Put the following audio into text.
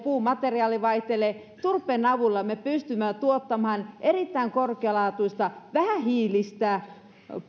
puumateriaali vaihtelee turpeen avulla me pystymme tuottamaan saamaan siitä aikaiseksi erittäin korkealaatuista vähähiilistä